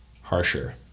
harsher